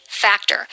factor